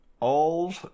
Old